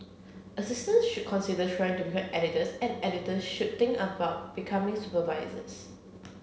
assistants should consider trying to become editors and editors should think about becoming supervisors